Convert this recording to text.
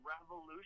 revolution